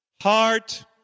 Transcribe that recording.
heart